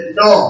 no